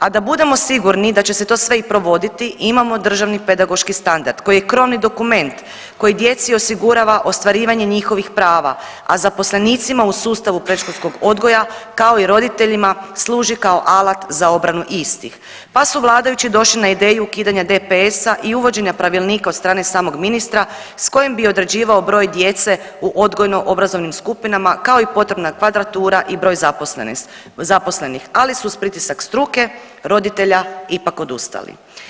A da budemo sigurni da će se to sve i provoditi imamo državni pedagoški standard koji je krovni dokument koji djeci osigurava ostvarivanje njihovih prava, a zaposlenicima u sustavu predškolskog odgoja kao i roditeljima služi kao alat za obranu istih, pa su vladajući došli na ideju ukidanja DPS-a i uvođenja pravilnika od strane samog ministra s kojim bi određivao broj djece u odgojno obrazovnim skupinama, kao i potrebna kvadratura i broj zaposlenih, ali su uz pritisak struke i roditelja ipak odustali.